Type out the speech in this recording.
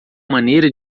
maneira